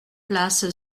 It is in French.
place